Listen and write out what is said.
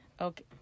Okay